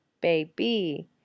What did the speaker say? baby